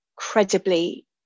incredibly